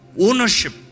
ownership